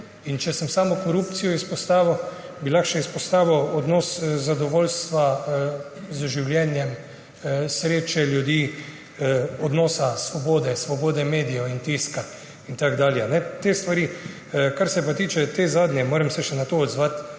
In če sem samo korupcijo izpostavil, bi lahko izpostavil še odnos zadovoljstva z življenjem, sreče ljudi, svobodo, svobodo medijev in tiska in tako dalje. Kar se pa tiče te zadnje, moram se še na to odzvat,